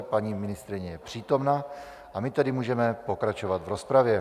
Paní ministryně je přítomna, a my tedy můžeme pokračovat v rozpravě.